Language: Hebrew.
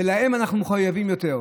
ולהם אנחנו מחויבים יותר.